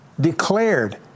declared